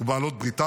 ובעלות בריתה.